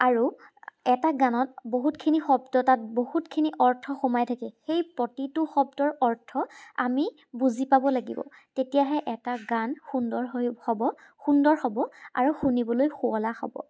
আৰু এটা গানত বহুতখিনি শব্দ তাত বহুতখিনি অৰ্থ সোমাই থাকে সেই প্ৰতিটো শব্দৰ অৰ্থ আমি বুজি পাব লাগিব তেতিয়াহে এটা গান সুন্দৰ হৈ হ'ব সুন্দৰ হ'ব আৰু শুনিবলৈ শুৱলা হ'ব